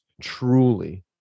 truly